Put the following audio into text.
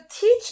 teach